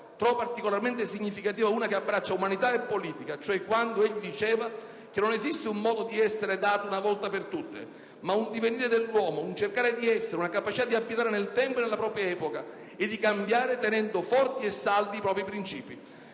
trovo particolarmente significativa una che abbraccia umanità e politica, cioè quando egli diceva che non esiste un modo di essere dato una volta per tutte, ma «un divenire dell'uomo, un cercare di essere, una capacità di abitare nel tempo e nella propria epoca, e di cambiare tenendo forti e saldi i propri princìpi».